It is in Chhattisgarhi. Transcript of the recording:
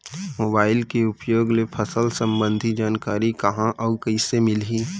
मोबाइल के उपयोग ले फसल सम्बन्धी जानकारी कहाँ अऊ कइसे मिलही?